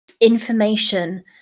information